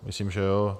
Myslím že jo.